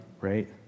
right